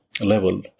level